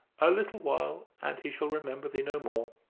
a little while, and he shall remember thee no more.